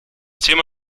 thema